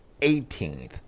18th